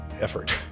effort